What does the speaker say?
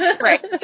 Right